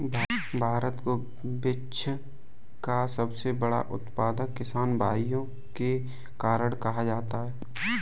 भारत को विश्व का सबसे बड़ा उत्पादक किसान भाइयों के कारण कहा जाता है